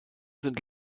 sind